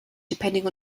depending